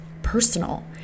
Personal